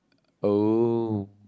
oh